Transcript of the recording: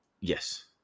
Yes